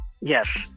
Yes